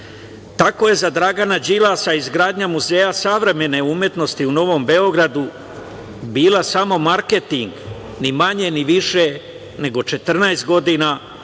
je za Dragana Đilasa izgradnja Muzeja savremene umetnosti u Novom Beogradu bila samo marketing ni manje ni više nego 14 godina,